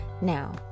Now